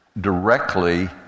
directly